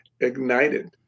ignited